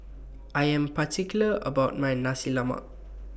I Am particular about My Nasi Lemak